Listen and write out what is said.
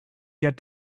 get